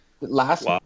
Last